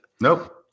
Nope